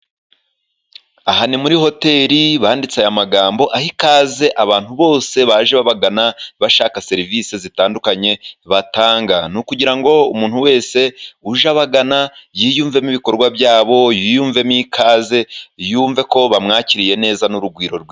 Aha ni muri hoteri，banditse aya magambo aha ikaze abantu bose baje babagana， bashaka serivisi zitandukanye batanga. Ni ukugira ngo umuntu wese uje abagana， yiyumvemo ibikorwa byabo， yiyumvemo ikaze， yumve ko bamwakiriye neza， n'urugwiro rwinshi.